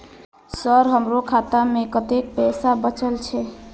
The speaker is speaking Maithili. सर हमरो खाता में कतेक पैसा बचल छे?